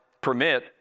permit